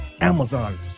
Amazon